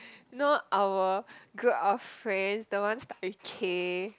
no our group of friends the one start with K